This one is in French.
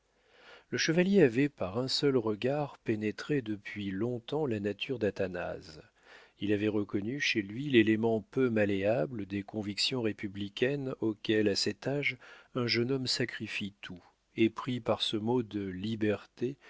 le chevalier avait par un seul regard pénétré depuis long-temps la nature d'athanase il avait reconnu chez lui l'élément peu malléable des convictions républicaines auxquelles à cet âge un jeune homme sacrifie tout épris par ce mot de liberté